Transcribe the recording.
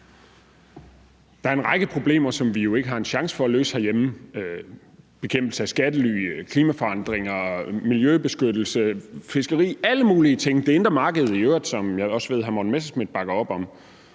Der er en række problemer, som vi jo ikke har en chance for at løse herhjemme: bekæmpelse af skattely, klimaforandringer, miljøbeskyttelse, fiskeri, alle mulige ting og i øvrigt det indre marked, som jeg også ved at hr. Morten Messerschmidt bakker op om.